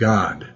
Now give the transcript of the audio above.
God